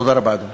תודה רבה, אדוני.